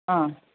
हा